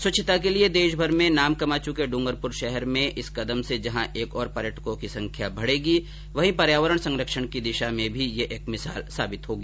स्वच्छता के लिये देशभर में नाम कमा चुके ड्रंगरपुर शहर में इस कदम से जहां एक ओर पर्यटकों की संख्या बढेगी वहीं पर्यावरण संरक्षण की दिशा में भी ये एक मिसाल साबित होगा